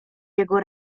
jego